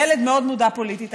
ילד מאוד מודע פוליטית,